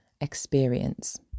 experience